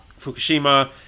fukushima